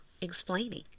explaining